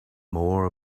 more